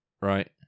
Right